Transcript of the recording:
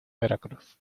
veracruz